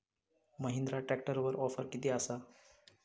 महिंद्रा ट्रॅकटरवर ऑफर किती आसा?